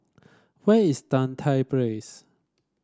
where is Tan Tye Place